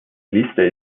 liste